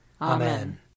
Amen